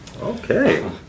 Okay